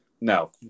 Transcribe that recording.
no